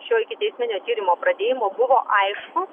šio ikiteisminio tyrimo pradėjimo buvo aišku